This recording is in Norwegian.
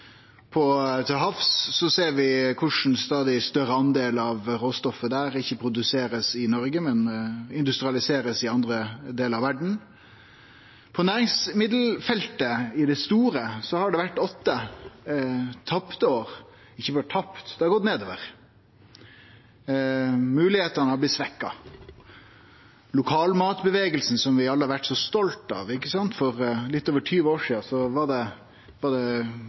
Til havs ser vi korleis ein stadig større del av råstoffet der ikkje blir produsert i Noreg, men blir industrialisert i andre delar av verda. På næringsmiddelfeltet, i det store, har det vore åtte tapte år. Dei har ikkje vore tapte, men det har gått nedover. Mogelegheitene har blitt svekte – lokalmatrørsla, som vi alle har vore så stolte av. For litt over 20 år sidan var det